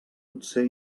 potser